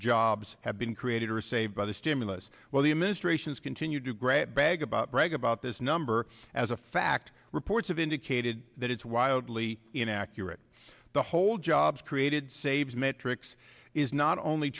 jobs have been created or saved by the stimulus well the administration's continued to grab bag about brag about this number as a fact reports of indicated that it's wildly inaccurate the whole jobs created saves metrics is not only